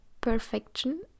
perfection